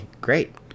great